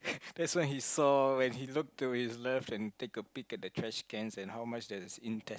that's when he saw when he look to his left and take a peak at the trash cans and how much there is in test